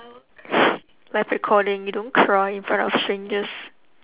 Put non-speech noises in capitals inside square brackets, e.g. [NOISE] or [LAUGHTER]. [NOISE] like recording we don't cry in front of strangers